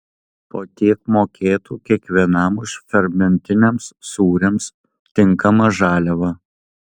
po tiek mokėtų kiekvienam už fermentiniams sūriams tinkamą žaliavą